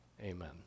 amen